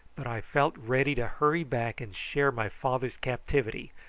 but i felt ready to hurry back and share my father's captivity,